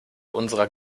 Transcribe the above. unserer